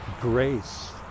grace